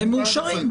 הם מאושרים.